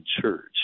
church